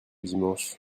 dimanche